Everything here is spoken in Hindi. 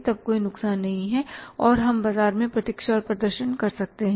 तब कोई नुकसान नहीं है और हम बाजार में प्रतीक्षा और प्रदर्शन कर सकते हैं